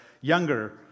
younger